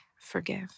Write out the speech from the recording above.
forgive